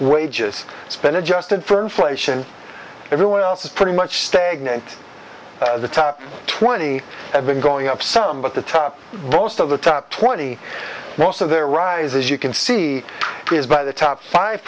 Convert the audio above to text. wages spend adjusted for inflation everyone else is pretty much stagnant the top twenty have been going up some but the top most of the top twenty most of their rise as you can see is by the top five